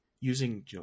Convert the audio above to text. using